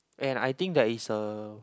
and I think there is a